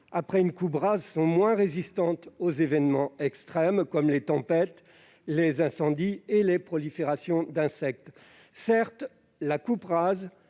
après une coupe rase sont moins résistantes aux événements extrêmes comme les tempêtes, les incendies et les proliférations d'insectes. Certes, la coupe rase,